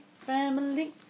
Family